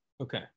okay